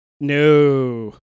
No